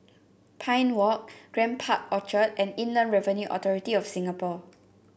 Pine Walk Grand Park Orchard and Inland Revenue Authority of Singapore